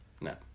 No